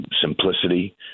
simplicity